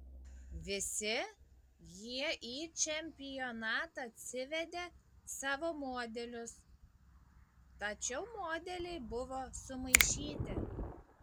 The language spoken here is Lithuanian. visi jie į čempionatą atsivedė savo modelius tačiau modeliai buvo sumaišyti